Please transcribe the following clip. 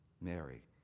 Mary